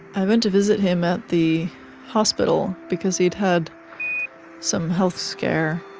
i went to visit him at the hospital because he had had some health scare,